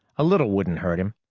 a little wouldn't hurt him,